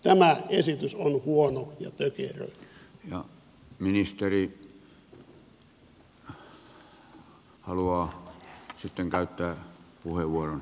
tämä esitys on huono ja tökerö